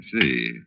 see